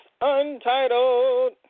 untitled